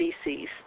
species